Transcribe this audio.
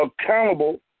accountable